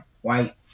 white